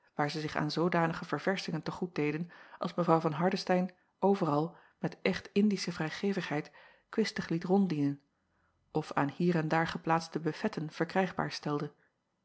waar zij zich aan zoodanige ververschingen te goed deden als w van ardestein overal met echt ndische vrijgevigheid kwistig liet ronddienen of aan hier en daar geplaatste bufetten verkrijgbaar stelde